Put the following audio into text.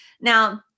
Now